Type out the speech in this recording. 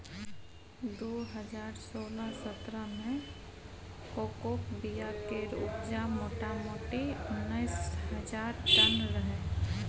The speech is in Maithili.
दु हजार सोलह सतरह मे कोकोक बीया केर उपजा मोटामोटी उन्नैस हजार टन रहय